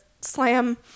slam